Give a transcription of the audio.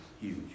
Huge